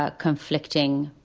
ah conflicting,